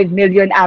million